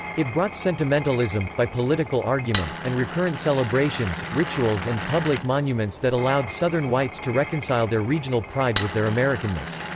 it brought sentimentalism, by political argument, and recurrent celebrations, rituals and public monuments that allowed southern whites to reconcile their regional pride with their americanness.